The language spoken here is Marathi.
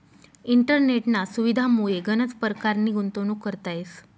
इंटरनेटना सुविधामुये गनच परकारनी गुंतवणूक करता येस